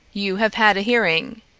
you have had a hearing.